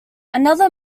another